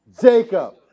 Jacob